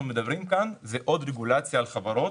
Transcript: מדברים כאן זה עוד רגולציה על חברות,